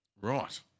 Right